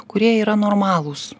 kurie yra normalūs